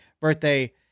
birthday